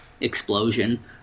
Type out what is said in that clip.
explosion